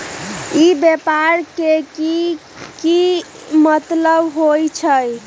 ई व्यापार के की मतलब होई छई?